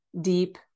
deep